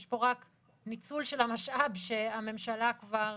יש פה רק ניצול של המשאב שהממשלה כבר